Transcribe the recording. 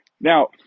Now